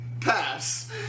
Pass